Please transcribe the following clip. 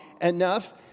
enough